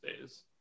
days